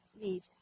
need